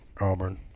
Auburn